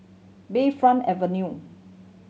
Bayfront Avenue